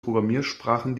programmiersprachen